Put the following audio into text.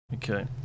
Okay